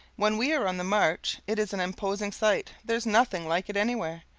when we are on the march, it is an imposing sight there's nothing like it anywhere.